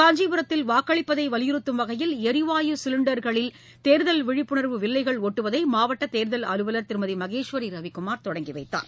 காஞ்சிபுரத்தில் வாக்களிப்பதை வலியுறத்தம் வகையில் எரிவாயு சிலின்டர்களில் தேர்தல் விழிப்புணர்வு வில்லைகள் ஒட்டுவதை மாவட்ட தேர்தல் அலுவலர் திருமதி மகேஸ்வரி ரவிக்குமார் தொடங்கிவைத்தார்